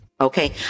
Okay